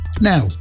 Now